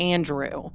Andrew